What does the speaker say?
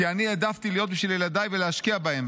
כי אני העדפתי להיות בשביל ילדיי ולהשקיע בהם,